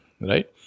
right